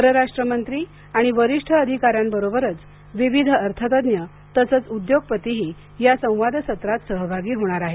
परराष्ट्रमंत्री आणि वरिष्ठ अधिकाऱ्यांबरोबरच विविध अर्थतज्ज्ञ तसंच उद्योगपतीही या संवादसत्रात सहभागी होणार आहेत